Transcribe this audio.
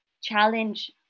challenge